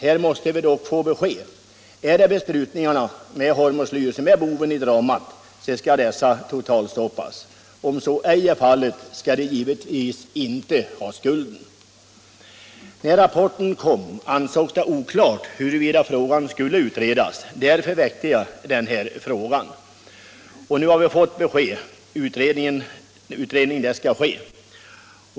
Vi måste här få besked. Är det besprutningarna med hormoslyr som är boven i dramat, skall dessa totalstoppas. Om så inte är fallet, skall de givetvis inte ha skulden. När rapporten kom ansågs det oklart huruvida saken skulle utredas. Därför ställde jag den här frågan. Nu har vi fått besked — utredning skall ske.